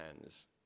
hands